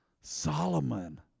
Solomon